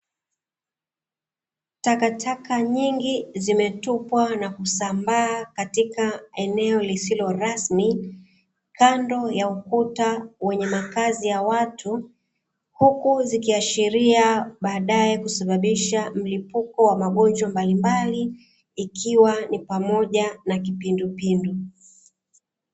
Takataka nyingi zimetupwa na kusambaa katika eneo lisilo rasmi kando ya ukuta wenye makazi ya watu. Huku zikiashiria baadaye kusababisha mlipuko wa magonjwa mbalimbali, ikiwa ni pamoja na kipindupindu.